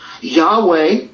Yahweh